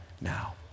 now